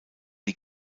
die